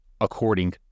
According